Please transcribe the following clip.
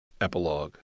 Epilogue